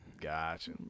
Gotcha